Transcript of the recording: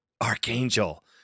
Archangel